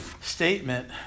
statement